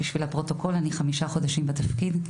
אני חמישה חודשים בתפקיד,